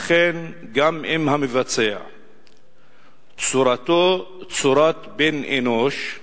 לכן, גם אם המבצע צורתו צורת בן-אנוש,